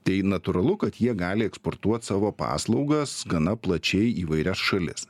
tai natūralu kad jie gali eksportuot savo paslaugas gana plačiai į įvairias šalis